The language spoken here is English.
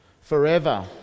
forever